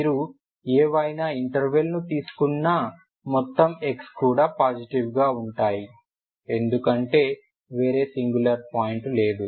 మీరు ఏవైనా ఇంటర్వెల్ ని తీసుకున్నా మొత్తం x కూడా పాజిటివ్గా ఉంటాయి ఎందుకంటే వేరే సింగులర్ పాయింట్ లేదు